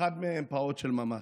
אחד מהם פעוט של ממש.